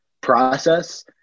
process